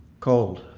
cold.